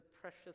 precious